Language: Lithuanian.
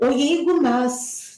o jeigu mes